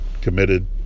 committed